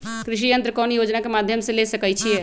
कृषि यंत्र कौन योजना के माध्यम से ले सकैछिए?